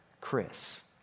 Chris